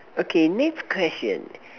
okay next question